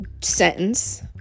sentence